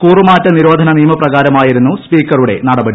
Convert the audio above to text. കൂറുമാറ്റ നിരോധന നിയമപ്രകാരമായിരുന്നു സ്പീക്കറുടെ നടപടി